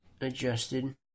adjusted